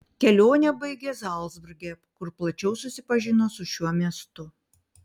kelionę baigė zalcburge kur plačiau susipažino su šiuo miestu